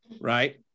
right